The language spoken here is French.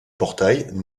portail